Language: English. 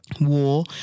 war